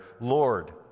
lord